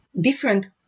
different